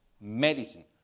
medicine